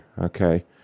okay